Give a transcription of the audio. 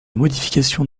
modification